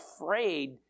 afraid